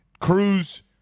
Cruz